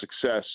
success